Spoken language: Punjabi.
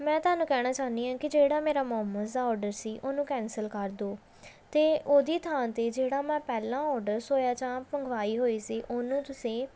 ਮੈਂ ਤੁਹਾਨੂੰ ਕਹਿਣਾ ਚਾਹੁੰਦੀ ਹਾਂ ਕਿ ਜਿਹੜਾ ਮੇਰਾ ਮੋਮੋਸ ਦਾ ਆਡਰ ਸੀ ਉਹਨੂੰ ਕੈਂਸਲ ਕਰ ਦਿਓ ਅਤੇ ਉਹਦੀ ਥਾਂ 'ਤੇ ਜਿਹੜਾ ਮੈਂ ਪਹਿਲਾਂ ਔਡਰਸ ਸੋਇਆ ਚਾਪ ਮੰਗਵਾਈ ਹੋਈ ਸੀ ਉਹਨੂੰ ਤੁਸੀਂ